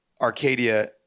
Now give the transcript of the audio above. arcadia